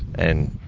and,